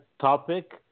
topic